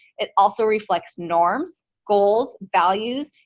it also reflects norms, goals, values,